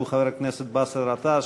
שהוא חבר הכנסת באסל גטאס,